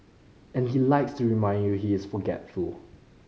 and he likes to remind you he is forgetful